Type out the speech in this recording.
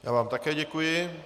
Já vám také děkuji.